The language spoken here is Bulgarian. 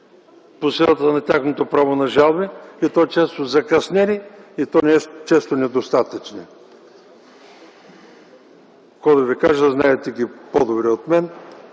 по силата на тяхното право на жалби, и то често закъснели, и то често недостатъчни. Какво да Ви кажа, знаете ги по-добре от мен.